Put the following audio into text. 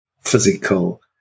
physical